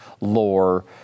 lore